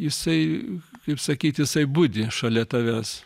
jisai kaip sakyt jisai budi šalia tavęs